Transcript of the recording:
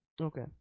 Okay